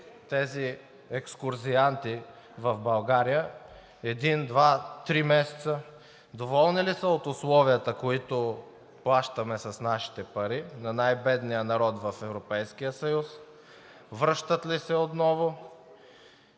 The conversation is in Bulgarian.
тези екскурзианти в България – един, два, три месеца? Доволни ли са от условията, които плащаме с нашите пари на най бедния народ в Европейския съюз? Връщат ли се отново?